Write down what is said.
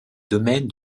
domaine